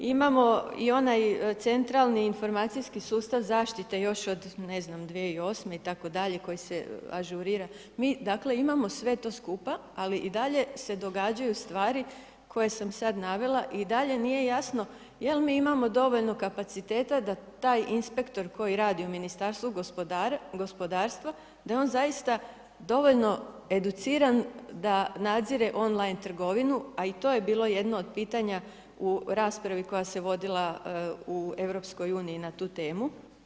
Imamo i onaj centralni informacijski sustav zaštite još od 2008. itd. koji se ažurira, mi dakle, imamo sve to skupa ali i dalje se događaju stvari koje sam sada navela i dalje nije jasno jel mi imamo dovoljno kapaciteta da taj inspektor koji radi u ministarstvu gospodarstva, da je on zaista dovoljno educiran da nadzire online trgovinu, a i to je bilo jedno od pitanja u raspravi koja se vodila u EU na tu temu.